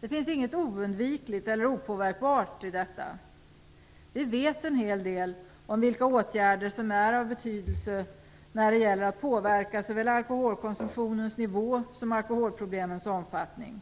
Det finns inget oundvikligt eller opåverkbart i detta. Vi vet en hel del om vilka åtgärder som är av betydelse när det gäller att påverka såväl alkoholkonsumtionens nivå som alkoholproblemens omfattning.